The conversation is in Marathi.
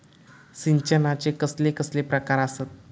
सिंचनाचे कसले कसले प्रकार आसत?